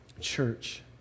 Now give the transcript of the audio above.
church